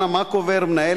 ישראל.